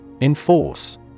Enforce